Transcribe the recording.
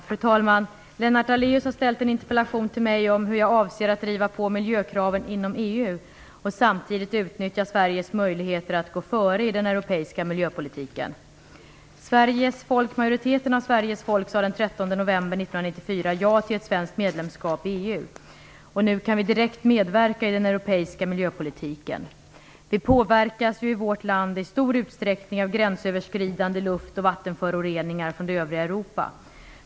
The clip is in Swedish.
Fru talman! Lennart Daléus har ställt en interpellation till mig om hur jag avser att driva på miljökraven inom EU och samtidigt utnyttja Sveriges möjligheter att gå före i den europeiska miljöpolitiken. Majoriteten av Sveriges folk sade den 13 november 1994 ja till ett svenskt medlemskap i EU. Vi kan nu direkt medverka i den europeiska miljöpolitiken. Vi påverkas i vårt land i stor utsträckning av gränsöverskridande luft och vattenföroreningar från det övriga Europa.